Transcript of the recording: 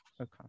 okay